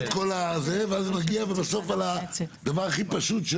ואז זה מגיע ובסוף על הדבר הכי פשוט,